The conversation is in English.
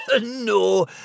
No